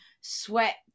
sweat